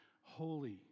holy